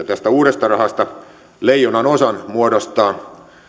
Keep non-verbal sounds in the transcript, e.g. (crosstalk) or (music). (unintelligible) tästä uudesta rahasta leijonanosan muodostaa